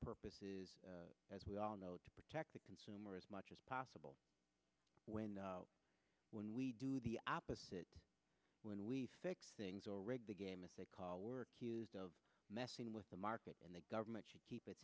purposes as we all know to protect the consumer as much as possible when when we do the opposite when we fix things or rig the game if they call were accused of messing with the market and the government should keep its